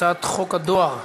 הצעת חוק הדואר (תיקון,